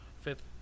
fifth